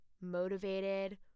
motivated